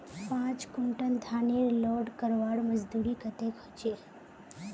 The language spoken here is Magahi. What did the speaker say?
पाँच कुंटल धानेर लोड करवार मजदूरी कतेक होचए?